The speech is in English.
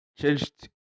Changed